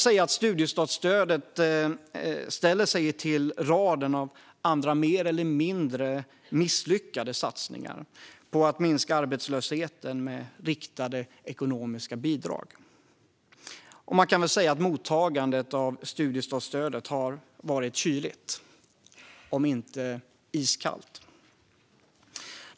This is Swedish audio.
Detta stöd ställer sig i raden av andra mer eller mindre misslyckade satsningar för att minska arbetslösheten med riktade ekonomiska bidrag. Mottagandet av studiestartsstödet har varit kyligt, om inte iskallt.